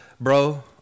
bro